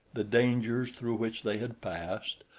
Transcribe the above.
the dangers through which they had passed,